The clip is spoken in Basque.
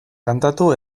kantatu